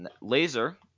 Laser